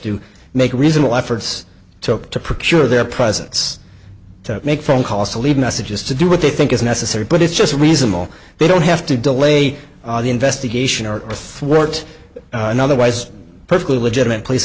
to make reasonable efforts took to procure their presence to make phone calls to leave messages to do what they think is necessary but it's just reasonable they don't have to delay the investigation or the throat in otherwise perfectly legitimate police